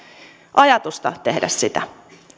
ajatusta tehdä sitä